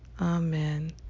Amen